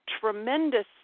tremendous